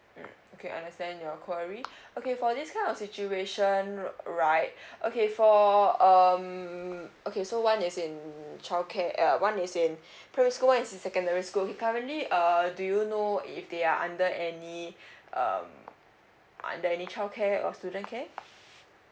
um okay understand your query okay for this kind of situation right okay for um okay so one is in childcare uh one is in primary school one is in secondary school he currently uh do you know if they are under any um under any childcare or student care